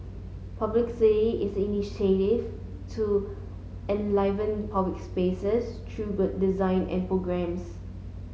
publicity is an initiative to enliven public spaces through good design and programmes